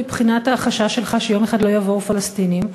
מבחינת החשש שלך שיום אחד לא יבואו פלסטינים.